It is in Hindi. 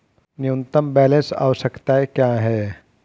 न्यूनतम बैलेंस आवश्यकताएं क्या हैं?